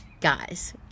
guys